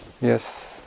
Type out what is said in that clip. yes